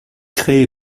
créée